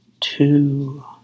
two